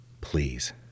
please